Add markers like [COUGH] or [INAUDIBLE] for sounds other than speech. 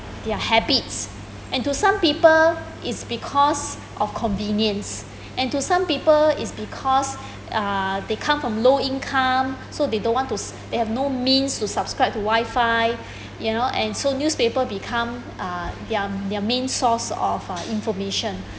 their habits and to some people is because of convenience [BREATH] and to some people is because [BREATH] uh they come from low income so they don't want to sp~ [BREATH] they have no means to subscribe to Wi-Fi you know and so newspaper become uh their their main source of uh information